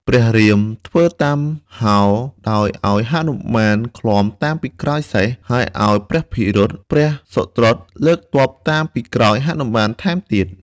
ព្រះរាមធ្វើតាមហោរ ដោយឱ្យហនុមានឃ្លាំតាមពីក្រោយសេះ ហើយឱ្យព្រះភិរុត ព្រះសុត្រុតលើកទ័ពតាមពីក្រោយហនុមានថែមទៀត។